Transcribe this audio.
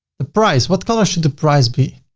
the price, what color should the price be?